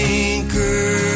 anchor